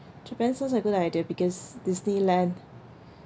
japan sounds like a good idea because disneyland